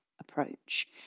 approach